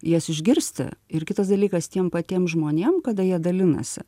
jas išgirsti ir kitas dalykas tiem patiem žmonėm kada jie dalinasi